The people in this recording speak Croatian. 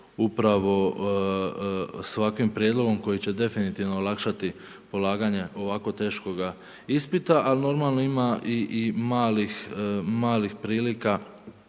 upravo sa ovakvim prijedlogom koji će definitivno olakšati polaganje ovako teškoga ispita, ali normalno ima i malih prilika